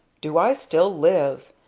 do i still live!